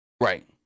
Right